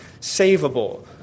savable